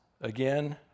Again